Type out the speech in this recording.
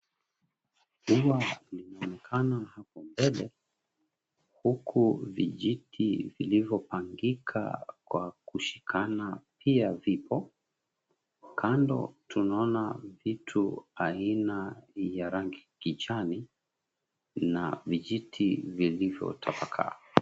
Ua linaonekana hapo mbele, huku vijiti vilivyopangika kwa kushikana pia vipo. Kando tunaona vitu aina ya rangi kijani na vijiti vilivyotapakaa.